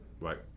Right